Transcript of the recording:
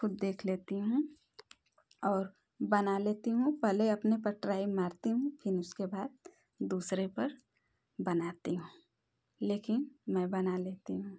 खुद देख लेती हूँ और बना लेती हूँ पहले अपने पे ट्राई मारती हूँ फिर उसके बाद दूसरे पर बनाती हूँ लेकिन मैं बना लेती हूँ